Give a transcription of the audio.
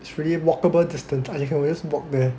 it's really a walkable distance and you can just walk there